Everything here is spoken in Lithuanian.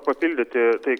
papildyti tai